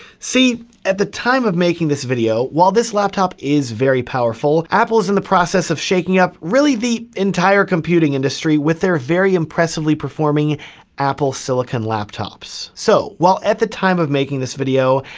see, at the time of making this video, while this laptop is very powerful, apple is in the process of shaking up really the entire computing industry with their very impressively performing apple silicon laptops. so while at the time of making this video,